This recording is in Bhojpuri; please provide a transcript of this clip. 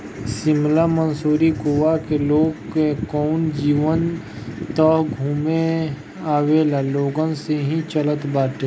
शिमला, मसूरी, गोवा के लोगन कअ जीवन तअ घूमे आवेवाला लोगन से ही चलत बाटे